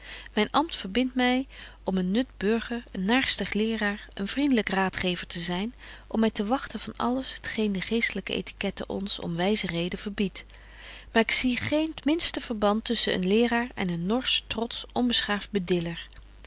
myn amt verbindt my om een nut burger een naarstig leeraar een vriendlyk raadgever te zyn om my te wagten van alles t geen de geestlyke etiquette ons om wyze reden verbiedt maar ik zie geen t minste verband tusschen een leeraar en een norsch trotsch onbeschaaft bediller